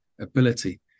ability